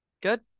Good